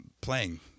playing